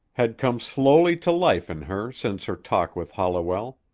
had come slowly to life in her since her talk with holliwell.